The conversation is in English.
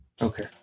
Okay